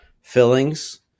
fillings